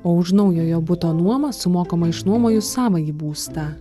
o už naujojo buto nuomą sumokama išnuomojus savąjį būstą